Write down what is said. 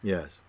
Yes